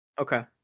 Okay